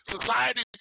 Society